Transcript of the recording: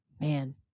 Man